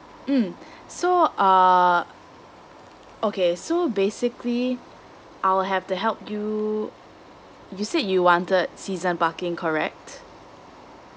mmhmm so err okay so basically I'll have to help you you said you wanted season parking correct